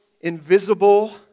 invisible